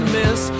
miss